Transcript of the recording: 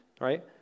Right